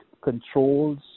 controls